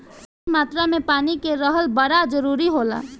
सही मात्रा में पानी के रहल बड़ा जरूरी होला